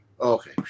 Okay